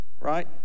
right